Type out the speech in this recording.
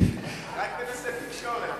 רק בנושא תקשורת.